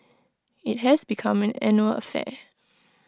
IT has become an annual affair